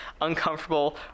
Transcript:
uncomfortable